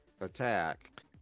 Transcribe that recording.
attack